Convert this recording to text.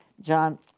John